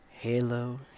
Halo